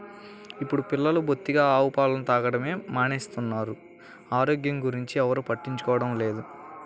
ఇప్పుడు పిల్లలు బొత్తిగా ఆవు పాలు తాగడమే మానేస్తున్నారు, ఆరోగ్యం గురించి ఎవ్వరు పట్టించుకోవడమే లేదు